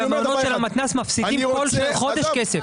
אני אומר לך שהמעונות של המתנ"ס מפסידים כל חודש כסף.